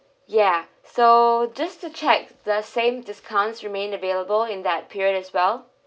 ya so just to check the same discounts remain available in that period as well